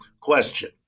question